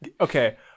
Okay